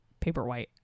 paperwhite